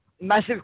Massive